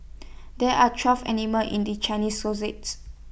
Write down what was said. there are twelve animals in the Chinese